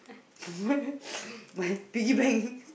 my piggy bank